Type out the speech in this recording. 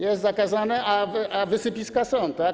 Jest zakazane, a wysypiska są, tak?